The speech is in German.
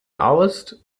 aus